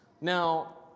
Now